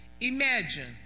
Imagine